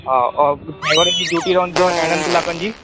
हा ऐं ड्राइवर जी ड्यूटी रहंदी अथव अरिहड़नि क्लाकनि जी